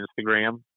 Instagram